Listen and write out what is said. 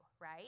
right